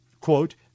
quote